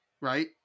right